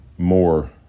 more